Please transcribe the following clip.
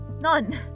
None